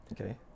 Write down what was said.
okay